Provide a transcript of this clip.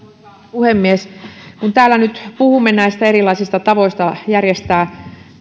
puhemies kun täällä nyt puhumme näistä erilaisista tavoista järjestää